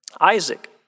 Isaac